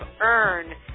EARN